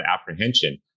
apprehension